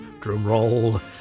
drumroll